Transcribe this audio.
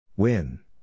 Win